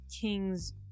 king's